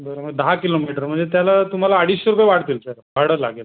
बरं मग दहा किलोमीटर म्हणजे त्याला तुम्हाला अडीचशे रुपये वाढतील सर भाडं लागेल